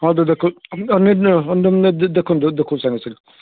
ହଁ ଦେଖନ୍ତୁ ଦେଖାଉଛୁ ସାଙ୍ଗେ ସାଙ୍ଗେ